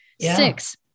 Six